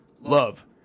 love